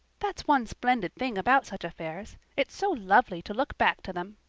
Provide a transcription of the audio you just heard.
that's one splendid thing about such affairs it's so lovely to look back to them.